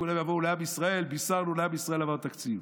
כולם יבואו לעם ישראל: בישרנו לעם ישראל שעבר תקציב.